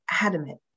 adamant